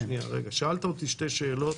שאלת אותי שתי שאלות,